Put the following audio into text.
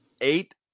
Eight